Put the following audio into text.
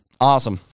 Awesome